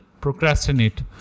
procrastinate